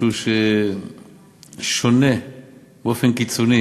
משהו ששונה באופן קיצוני